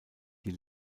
die